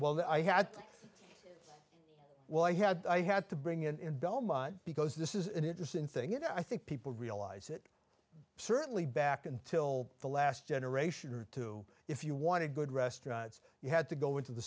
that i had well i had i had to bring in delma because this is an interesting thing you know i think people realise it certainly back until the last generation or two if you wanted good restaurants you had to go into the